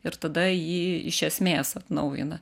ir tada jį iš esmės atnaujina